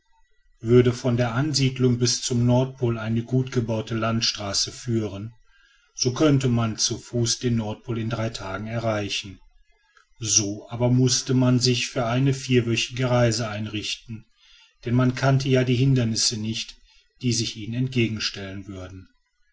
würde von der ansiedlung bis zum nordpol eine gut gebaute landstraße führen so könnte man zu fuß den nordpol in drei tagen erreichen so aber mußte man sich für eine vierwöchentliche reise einrichten denn man kannte ja die hindernisse nicht die sich ihnen entgegenstellen würden